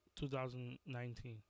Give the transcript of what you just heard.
2019